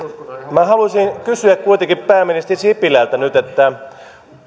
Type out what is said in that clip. haluaisin kysyä kuitenkin pääministeri sipilältä nyt